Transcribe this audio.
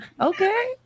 Okay